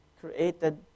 created